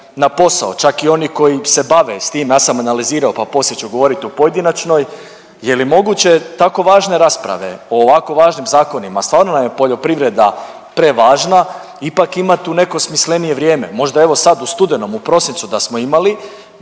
na posao, čak i oni koji se bave s tim, ja sam analizirao, pa poslije ću govoriti u pojedinačnoj, je li moguće, tako važne rasprave, o ovako važnim zakonima, stvarno je poljoprivreda prevažna, ipak imati u neko smislenije vrijeme? Možda evo sad u studenom, u prosincu da smo imali,